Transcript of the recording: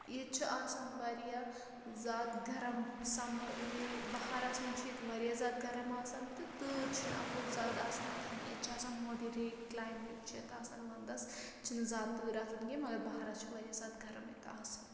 ییٚتہِ چھُ آسان واریاہ زیادٕ گَرم سَمَر یہِ بہارَس منٛز چھُ ییٚتہِ واریاہ زیادٕ گَرم آسان تہٕ تۭر چھِنہٕ اَپٲرۍ زیادٕ آسان کِہیٖنٛۍ ییٚتہِ چھُ آسان ماڈِریٹ کٕلایمیٹ چھُ ییٚتہِ آسان وَنٛدَس چھِنہٕ زیادٕ تۭر آسان کیٚنٛہہ مگر بہارَس چھُ واریاہ زیادٕ گَرم ییٚتہِ آسان